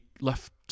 left